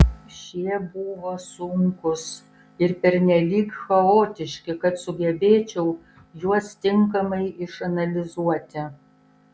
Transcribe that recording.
šie buvo sunkūs ir pernelyg chaotiški kad sugebėčiau juos tinkamai išanalizuoti